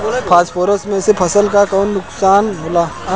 Phosphorus के से फसल के का नुकसान होला?